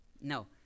No